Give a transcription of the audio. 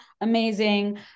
amazing